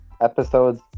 episodes